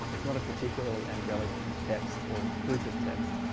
it's not a particularly angelic text or group of text.